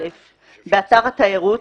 באתר תיירות,